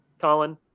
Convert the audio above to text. Colin